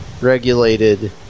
regulated